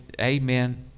amen